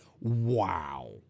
wow